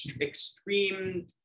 extreme